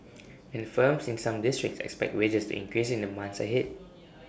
and firms in some districts expect wages to increase in the months ahead